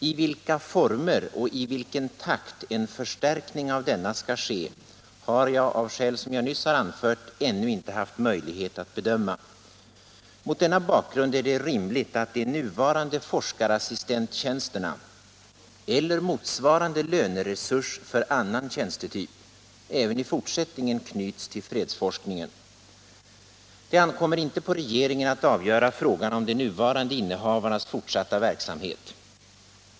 I vilka former och i vilken takt en förstärkning av denna skall ske har jag av skäl som jag nyss har anfört ännu inte haft möjlighet att bedöma. Mot denna bakgrund är det rimligt att de nuvarande forskarassistenttjänsterna eller motsvarande löneresurs för annan tjänstetyp även i fortsättningen knyts till fredsforskningen. Det ankommer inte på regeringen att avgöra frågan om de nuvarande innehavarnas fortsatta verksamhet.